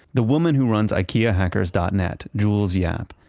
the woman who runs ikeahackers dot net, jules yap.